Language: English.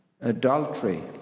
adultery